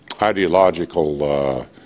ideological